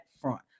front